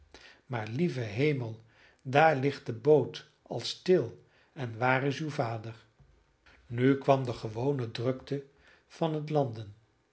maar lieve hemel daar ligt de boot al stil en waar is uw vader nu kwam de gewone drukte van het